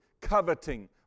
coveting